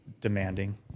demanding